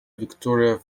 victoria